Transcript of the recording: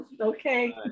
okay